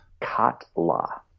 Katla